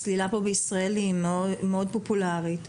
הצלילה בישראל מאוד-מאוד פופולארית.